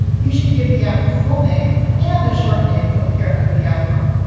you should give the app full name and a short name to appear under the icon,